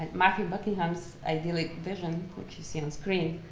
matthew buckingham's idyllic vision, which you see on screen,